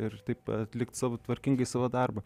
ir taip atlikt savo tvarkingai savo darbą